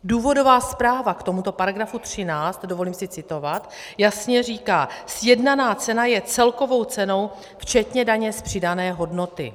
Důvodová zpráva k tomuto § 13 dovolím si citovat jasně říká: Sjednaná cena je celkovou cenou včetně daně z přidané hodnoty.